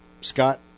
Scott